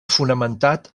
fonamentat